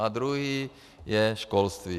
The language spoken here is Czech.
A druhý je školství.